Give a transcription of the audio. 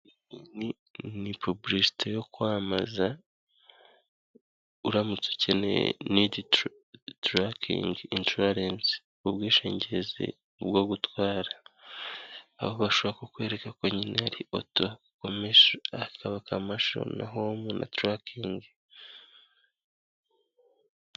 Ni ni pubulisite yo kwamamaza, uramutse ukeneye niditurakingi insuwarensi (ubwishingizi bwo gutwara) ,aho bashobora kukwereka ko nyine ari oto, komasho h:akaba kamasho na homu na turakingi.